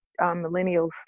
millennials